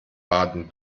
baden